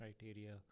criteria